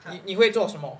你你会做什么